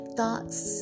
Thoughts